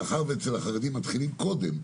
מאחר שאצל החרדים מתחילים קודם.